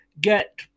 get